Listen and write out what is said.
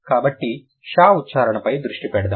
కాబట్టి షా ఉచ్చారణపై దృష్టి పెడదాం